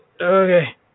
Okay